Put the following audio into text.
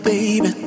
Baby